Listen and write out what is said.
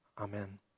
Amen